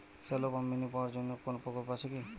Shallow pump mini power জন্য কোনো প্রকল্প আছে কি?